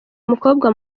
umukobwa